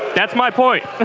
that's my point